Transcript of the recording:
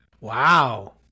Wow